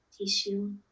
tissue